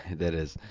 that is.